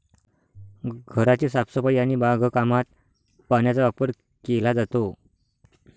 घराची साफसफाई आणि बागकामात पाण्याचा वापर केला जातो